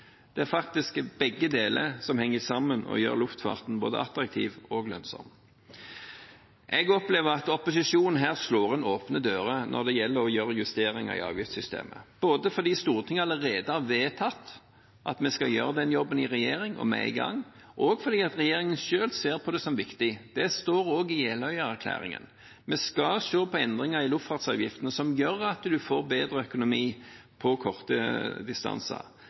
Det er faktisk slik at begge deler henger sammen og gjør luftfarten både attraktiv og lønnsom. Jeg opplever at opposisjonen her slår inn åpne dører når det gjelder å gjøre justeringer i avgiftssystemet, både fordi Stortinget allerede har vedtatt at vi skal gjøre den jobben i regjering – og vi er i gang – og fordi regjeringen selv ser på det som viktig. Det står også i Jeløya-erklæringen. Vi skal se på endringer i luftfartsavgiften som gjør at en får bedre økonomi på korte distanser,